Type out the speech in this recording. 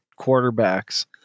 quarterbacks